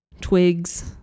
Twigs